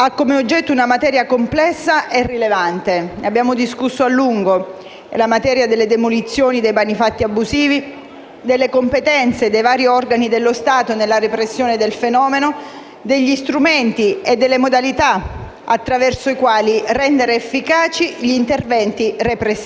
Al contempo va considerato il peso che la grande rendita fondiaria ha esercitato sullo sviluppo del Paese, ponendo lo stesso, oggi, dinanzi a gravi problemi concernenti la salvaguardia del paesaggio, la tutela dei beni storici e architettonici e l'integrità ambientale di molti contesti rurali.